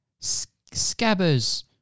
Scabbers